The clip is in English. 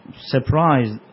surprised